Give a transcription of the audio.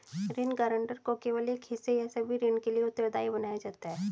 ऋण गारंटर को केवल एक हिस्से या सभी ऋण के लिए उत्तरदायी बनाया जाता है